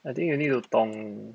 I think you need to tong